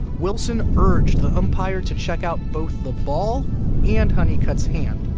wilson urged the umpire to check out both the ball and honeycutt's hand.